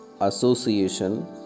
Association